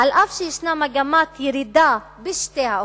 אף שישנה מגמת ירידה בשתי האוכלוסיות,